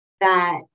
that-